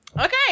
Okay